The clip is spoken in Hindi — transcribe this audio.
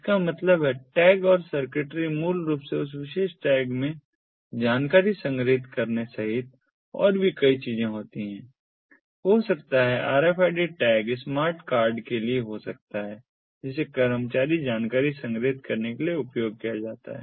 इसका मतलब है टैग और सर्किटरी के मूल रूप से उस विशेष टैग में जानकारी संग्रहीत करने सहित और भी कई चीजें होती हैं हो सकता है कि RFID टैग स्मार्ट कार्ड के लिए हो सकता है जिसे कर्मचारी जानकारी संग्रहीत करने के लिए उपयोग किया जा सकता है